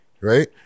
right